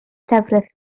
llefrith